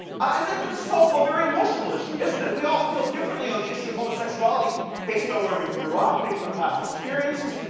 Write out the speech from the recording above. and then this is also a very emotional issue isn't it? we all feel differently on the issue of homosexuality based on where we grew up, based on past experiences,